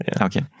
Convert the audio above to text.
Okay